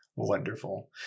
Wonderful